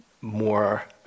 more